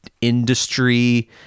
industry